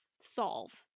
solve